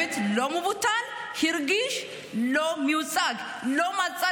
מסוימת לא מבוטלת הרגישה לא מיוצגת,